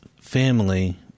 family